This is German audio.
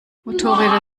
motorräder